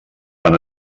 van